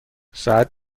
ساعت